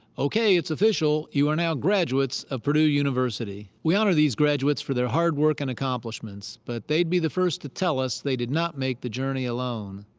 it's official, you are now graduates of purdue university. we honor these graduates for their hard work and accomplishments, but they'd be the first to tell us they did not make the journey alone.